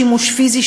שימוש פיזי,